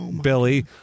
Billy